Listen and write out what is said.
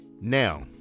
Now